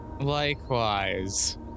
Likewise